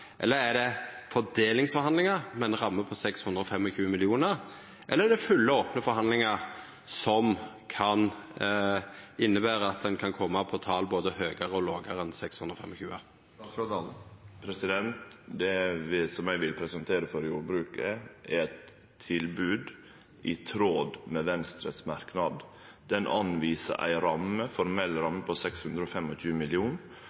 Eller er det fordelingsforhandlingar med ei ramme på 625 mill. kr? Eller er det fulle, opne forhandlingar som kan innebera at ein kan kome på tal både høgare og lågare enn 625? Det som eg vil presentere for jordbruket, er eit tilbod i tråd med Venstres merknad. Den anviser ei formell ramme